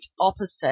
opposite